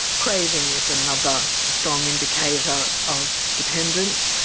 craving is another strong indicator of dependence.